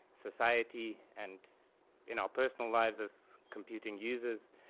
society, and in our personal lives as computing users,